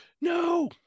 no